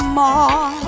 more